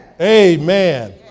Amen